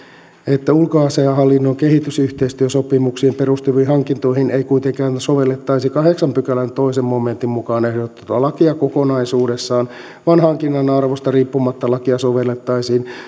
että ulkoasiainhallinnon kehitysyhteistyösopimuksiin perustuviin hankintoihin ei kuitenkaan sovellettaisi kahdeksannen pykälän toisen momentin mukaan ehdotettua lakia kokonaisuudessaan vaan hankinnan arvosta riippumatta lakia sovellettaisiin